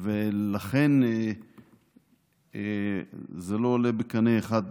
לכן זה לא עולה בקנה אחד,